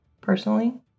Personally